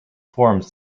forms